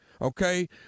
okay